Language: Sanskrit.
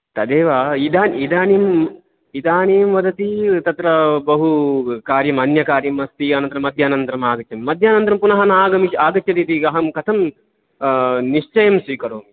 तदेव इदा इदानीं इदानीं वदति तत्र बहु कार्यं अन्यकार्यमस्ति अनन्तरं मध्याह्नानन्तरम् आगच्छामि मध्याह्नानन्तरं पुनः न आगमिष्य आगच्छति इति अहं कथं निश्चयं स्वीकरोमि